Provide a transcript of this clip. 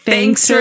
Thanks